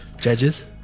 Judges